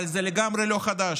אבל זה לגמרי לא חדש.